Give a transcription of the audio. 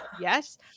Yes